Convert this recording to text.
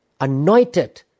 anointed